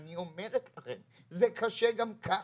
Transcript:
אני אומרת לכם, זה קשה גם ככה,